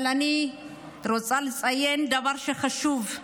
אבל אני את רוצה לציין דבר חשוב.